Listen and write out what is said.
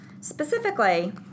Specifically